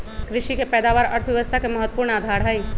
कृषि के पैदावार अर्थव्यवस्था के महत्वपूर्ण आधार हई